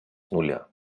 нуля